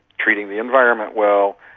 treating the environment well,